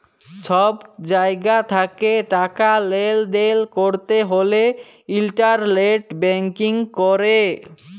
ছব জায়গা থ্যাকে টাকা লেলদেল ক্যরতে হ্যলে ইলটারলেট ব্যাংকিং ক্যরে